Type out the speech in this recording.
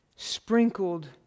sprinkled